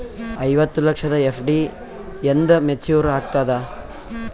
ಐವತ್ತು ಲಕ್ಷದ ಎಫ್.ಡಿ ಎಂದ ಮೇಚುರ್ ಆಗತದ?